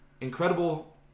incredible